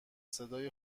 صدای